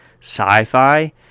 sci-fi